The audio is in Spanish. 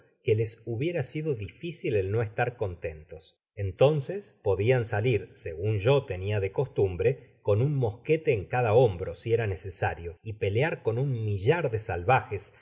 que les hubiera sido difícil el no estar contentos entonces podian salir segun yo tenia de costumbre con un mosquete en cada hombro si era necesario y pelear con un millar de salvajes